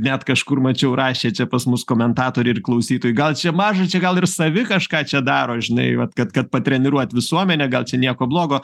net kažkur mačiau rašė čia pas mus komentatoriai ir klausytojai gal čia maža čia gal ir savi kažką čia daro žinai vat kad kad patreniruot visuomenę gal čia nieko blogo